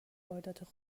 واردات